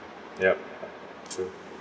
yup true